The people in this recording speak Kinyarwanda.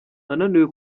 ananiwe